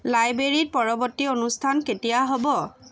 লাইব্ৰেৰীত পৰৱৰ্তী অনুষ্ঠান কেতিয়া হ'ব